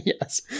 yes